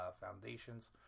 foundations